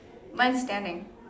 mine's standing